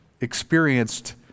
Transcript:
experienced